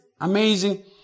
amazing